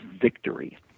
victory